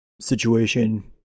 situation